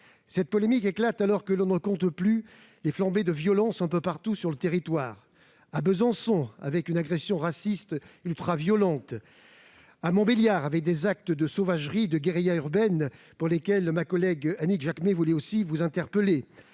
Cette polémique éclate alors que l'on ne compte plus les flambées de violence un peu partout sur le territoire : à Besançon, avec une agression raciste ultraviolente ; à Montbéliard, avec des actes de sauvagerie et de guérilla urbaine sur lesquels ma collègue Annick Jacquemet souhaitait aussi vous interpeller